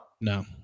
No